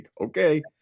okay